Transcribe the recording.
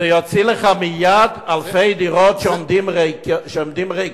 זה יוציא לך מייד אלפי דירות שעומדות ריקות.